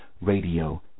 Radio